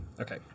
Okay